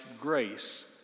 grace